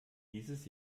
dieses